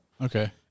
Okay